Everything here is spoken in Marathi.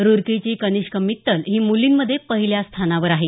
रुरकीची कनिष्क मित्तल ही मुलींमध्ये पहिल्या स्थानावर आहे